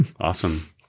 Awesome